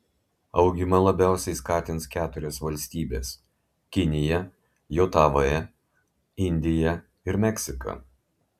augimą labiausiai skatins keturios valstybės kinija jav indija ir meksika